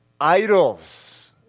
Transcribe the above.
idols